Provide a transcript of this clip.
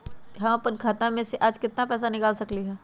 हम अपन खाता में से आज केतना पैसा निकाल सकलि ह?